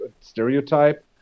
stereotype